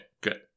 good